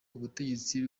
ubutegetsi